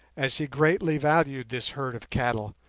as he greatly valued this herd of cattle,